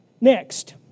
next